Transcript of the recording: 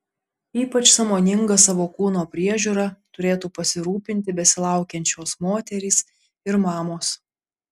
ypač sąmoninga savo kūno priežiūra turėtų pasirūpinti besilaukiančios moterys ir mamos